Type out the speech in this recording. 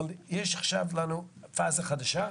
יש לנו עכשיו פאזה חדשה.